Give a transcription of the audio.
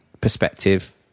perspective